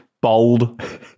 Bold